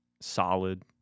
solid